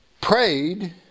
prayed